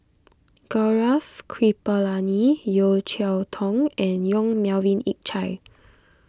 Gaurav Kripalani Yeo Cheow Tong and Yong Melvin Yik Chye